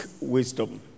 wisdom